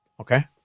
Okay